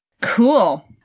Cool